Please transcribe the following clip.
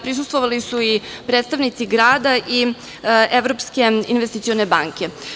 Prisustvovali su i predstavnici grada i Evropske investicione banke.